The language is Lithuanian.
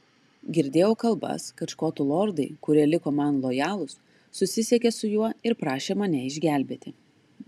girdėjau kalbas kad škotų lordai kurie liko man lojalūs susisiekė su juo ir prašė mane išgelbėti